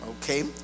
okay